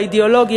האידיאולוגי,